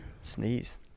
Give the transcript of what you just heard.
Sneeze